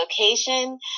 location